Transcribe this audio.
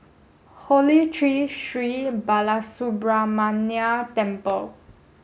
Holy Tree Sri Balasubramaniar Temple